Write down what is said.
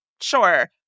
sure